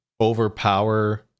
overpower